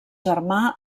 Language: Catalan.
germà